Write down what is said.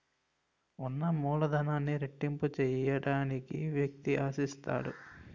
ఉన్న మూలధనాన్ని రెట్టింపు చేయడానికి వ్యక్తి ఆశిస్తాడు